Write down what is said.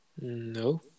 no